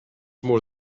more